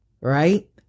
right